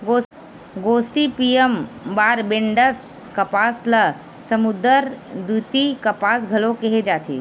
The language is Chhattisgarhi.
गोसिपीयम बारबेडॅन्स कपास ल समुद्दर द्वितीय कपास घलो केहे जाथे